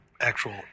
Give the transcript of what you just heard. actual